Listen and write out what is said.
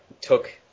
took